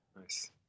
Nice